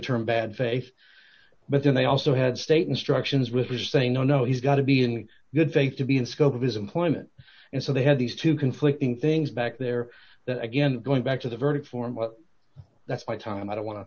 term bad faith but then they also had state instructions with her saying no no he's got to be in good faith to be in scope of his employment and so they had these two conflicting things back there again going back to the verdict form but that's why time i don't wan